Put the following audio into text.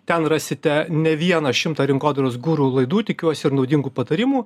ten rasite ne vieną šimtą rinkodaros guru laidų tikiuosi ir naudingų patarimų